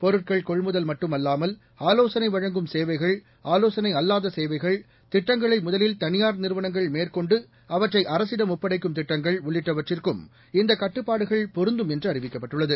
பொருட்கள் கொள்முதல் மட்டுமல்லாமல் ஆலோசனை வழங்கும் சேவைகள் ஆலோசனை அல்லாத கேவைகள் திட்டங்களை முதலில் தனியார் நிறுவனங்கள் மேற்கொண்டு அவற்றை அரசிடம் ஒப்படைக்கும் திட்டங்கள் உள்ளிட்டவற்றக்கும் இந்த கட்டுப்பாடுகள் பொருந்தும் என்று அறிவிக்கப்பட்டுள்ளது